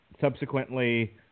Subsequently